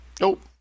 Nope